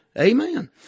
Amen